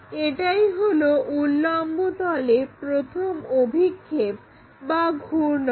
এটাই হলো উল্লম্ব তলে প্রথম অভিক্ষেপ বা ঘূর্ণন